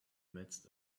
midst